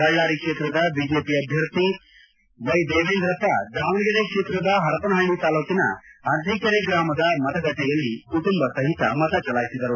ಬಳ್ಳಾರಿ ಕ್ಷೇತ್ರದ ಬಿಜೆಪಿ ಅಭ್ಯರ್ಥಿ ವೈ ದೇವೇಂದ್ರಪ್ಪ ದಾವಣಗೆರೆ ಕ್ಷೇತ್ರದ ಪರಪನಪಳ್ಳಿ ತಾಲೂಕಿನ ಅರಸಿಕೆರೆ ಗ್ರಾಮದ ಮತಗಟ್ಟೆಯಲ್ಲಿ ಕುಟುಂಬ ಸಹಿತ ಮತ ಚಲಾಯಿಸಿದರು